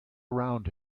around